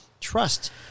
trust